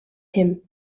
him